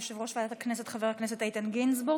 יושב-ראש ועדת הכנסת חבר הכנסת איתן גינזבורג.